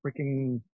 freaking